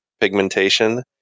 pigmentation